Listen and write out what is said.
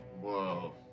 Whoa